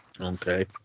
Okay